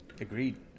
agreed